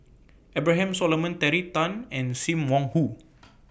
Abraham Solomon Terry Tan and SIM Wong Hoo